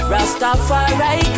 Rastafari